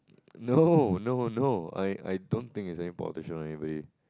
no no no I I don't think it's any part of the anybody